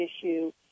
issue